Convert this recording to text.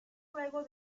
luego